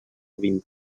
vint